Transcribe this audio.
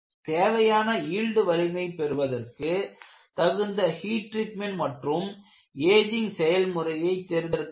தேவையான யீல்டு வலிமை பெறுவதற்கு தகுந்த ஹீட் ட்ரீட்மெண்ட் மற்றும் ஏஜிங் செயல் முறையை தேர்ந்தெடுக்க வேண்டும்